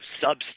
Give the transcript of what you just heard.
substance